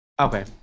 Okay